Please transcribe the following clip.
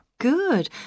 Good